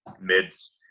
mids